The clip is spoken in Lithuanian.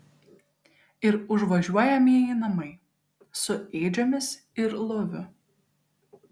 ir užvažiuojamieji namai su ėdžiomis ir loviu